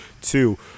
Two